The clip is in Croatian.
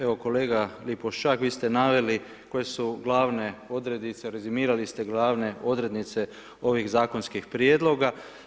Evo kolega Lipošćak, vi ste naveli koje su glavne odrednice, rezimirali ste glavne odrednice ovih zakonskih prijedloga.